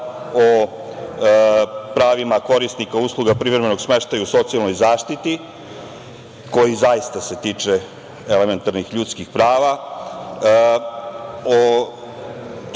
o pravima korisnika usluga privremenog smeštaja u socijalnoj zaštiti, koji se zaista tiče elementarnih ljudskih prava,